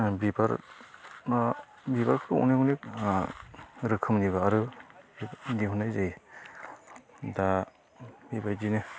बिबारखौ अनेख अनेख ओ रोखोमनि बारो दिहुननाय जायो दा बेबायदिनो